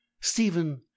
stephen